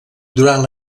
durant